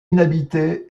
inhabité